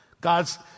god's